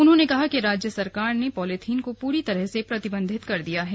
उन्होंने कहा कि राज्य सरकार ने पॉलिथीन को पूरी तरह से प्रतिबंधित कर दिया है